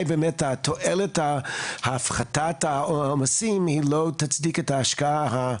באמת התועלת של הפחתת העומסים היא לא תצדיק את ההשקעה הצפויה?